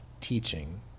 teaching